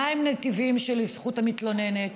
מה הנתיבים שלזכות המתלוננת,